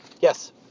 Yes